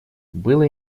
было